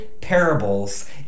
parables